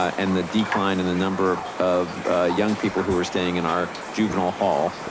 and the decline and the number of of young people who are standing and our juvenile hall.